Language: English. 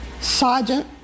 Sergeant